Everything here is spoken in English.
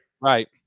Right